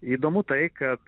įdomu tai kad